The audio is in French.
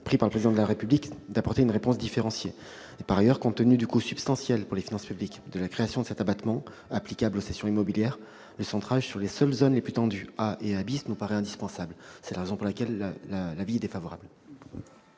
pris par le Président de la République d'apporter une réponse différenciée. Par ailleurs, compte tenu du coût substantiel pour les finances publiques de cet abattement applicable aux cessions immobilières, le centrage sur les seules zones les plus tendues A et A paraît indispensable. Madame Lavarde, l'amendement n°